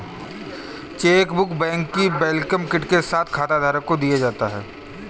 chequebook bank की welcome kit के साथ खाताधारक को दिया जाता है